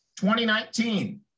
2019